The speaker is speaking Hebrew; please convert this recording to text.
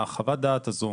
החוות דעת הזו